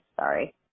Sorry